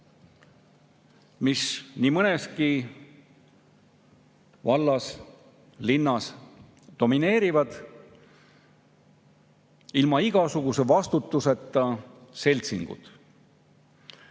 mis nii mõneski vallas ja linnas domineerivad, ilma igasuguse vastutuseta seltsingud.